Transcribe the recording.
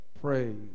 praise